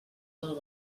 del